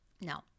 no